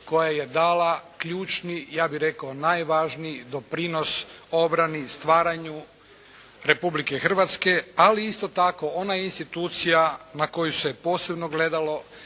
koja je dala ključni, ja bih rekao najvažniji doprinos obrani, stvaranju Republike Hrvatske, ali isto tako, ona je institucija na koju se posebno gledalo